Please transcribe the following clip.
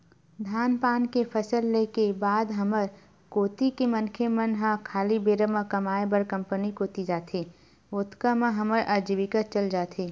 धान पान के फसल ले के बाद हमर कोती के मनखे मन ह खाली बेरा म कमाय बर कंपनी कोती जाथे, ओतका म हमर अजीविका चल जाथे